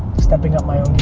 stepping up my